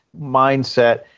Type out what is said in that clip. mindset